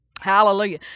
Hallelujah